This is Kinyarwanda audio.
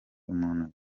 muntu